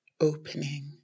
opening